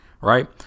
Right